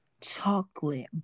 chocolate